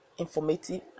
informative